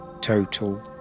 total